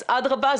אז אדרבא,